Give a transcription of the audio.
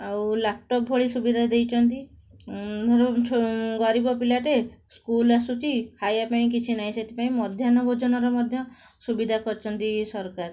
ଆଉ ଲ୍ୟାପଟପ୍ ଭଳି ସୁବିଧା ଦେଇଛନ୍ତି ଧର ଗରିବପିଲାଟେ ସ୍କୁଲ ଆସୁଛି ଖାଇବା ପାଇଁ କିଛିନାହିଁ ସେଥିପାଇଁ ମଧ୍ୟାହ୍ନ ଭୋଜନର ମଧ୍ୟ ସୁବିଧା କରିଛନ୍ତି ସରକାର